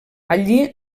allí